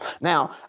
Now